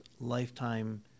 lifetime